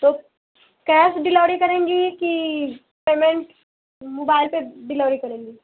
तो cash delivery करेंगी कि पेमेंट मुबाइल पर डिलौरी करेंगी